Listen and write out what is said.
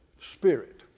spirit